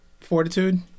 fortitude